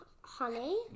Honey